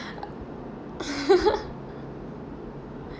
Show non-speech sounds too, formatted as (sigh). (laughs)